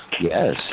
yes